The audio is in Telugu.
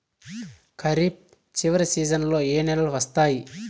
ఖరీఫ్ చివరి సీజన్లలో ఏ నెలలు వస్తాయి?